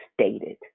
stated